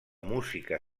música